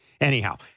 Anyhow